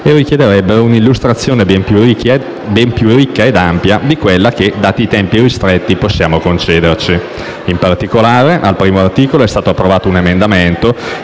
e richiederebbero un'illustrazione ben più ricca e ampia di quella che, dati i tempi ristretti, possiamo concederci. In particolare, al primo articolo è stato approvato un emendamento